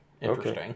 interesting